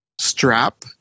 strap